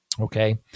okay